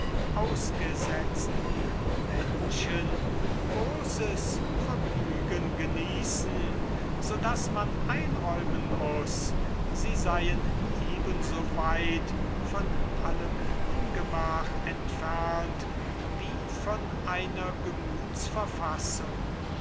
ausgesetzten menschen großes vergnügen genießen so daß man einräumen muß sie seien ebenso weit von allem ungemach entfernt wie von einer